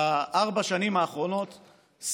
בארבע שנים האחרונות,